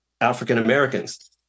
African-Americans